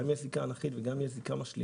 גם אם יש זיקה אופקית וגם אם יש זיקה משלימה.